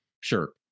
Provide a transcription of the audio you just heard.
Sure